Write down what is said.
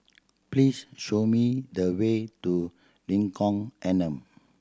please show me the way to Lengkong Enam